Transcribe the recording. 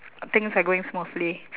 things are going smoothly